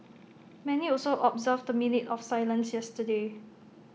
many also observed A minute of silence yesterday